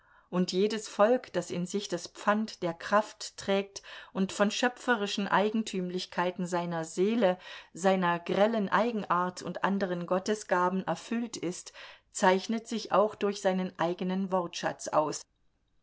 und jedes volk das in sich das pfand der kraft trägt und von schöpferischen eigentümlichkeiten seiner seele seiner grellen eigenart und anderen gottesgaben erfüllt ist zeichnet sich auch durch seinen eigenen wortschatz aus